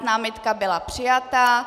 Námitka byla přijata.